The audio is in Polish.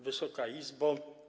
Wysoka Izbo!